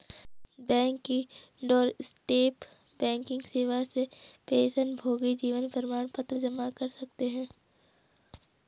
bank की doorstep banking सेवा से पेंशनभोगी जीवन प्रमाण पत्र जमा कर सकते हैं